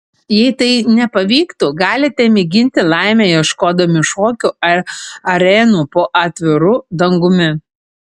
jei tai nepavyktų galite mėginti laimę ieškodami šokių arenų po atviru dangumi